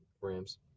Rams